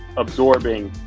absorbing,